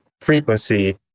frequency